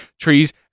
trees